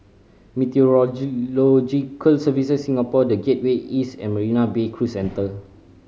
Meteorological Services Singapore The Gateway East and Marina Bay Cruise Centre